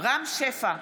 רם שפע,